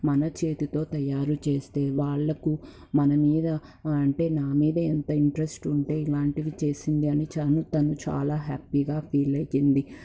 మన చేతితో తయారు చేస్తే వాళ్ళకు మన మీద అంటే నా మీద ఎంత ఇంట్రెస్ట్ ఉంటే ఇలాంటివి చేసింది అని తను తను చాలా హ్యాపీగా ఫీల్ అయ్యింది